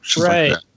Right